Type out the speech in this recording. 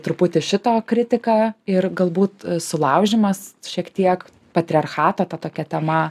truputį šito kritika ir galbūt sulaužymas šiek tiek patriarchato ta tokia tema